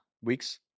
Weeks